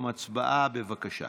הצבעה, בבקשה.